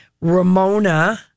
Ramona